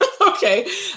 Okay